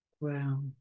Wow